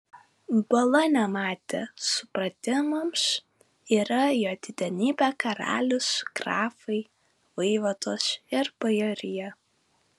bala nematė supratimams yra jo didenybė karalius grafai vaivados ir bajorija